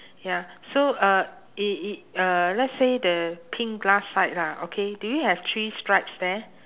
ya so uh it it uh let's say the pink glass sides ah okay do you have three stripes there